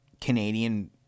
Canadian